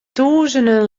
tûzenen